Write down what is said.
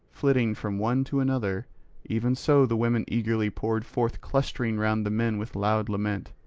flitting from one to another even so the women eagerly poured forth clustering round the men with loud lament,